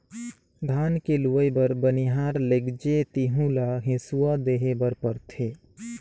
धान के लूवई बर बनिहार लेगजे तेहु ल हेसुवा देहे बर परथे